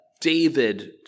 David